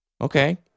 Okay